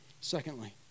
Secondly